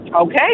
okay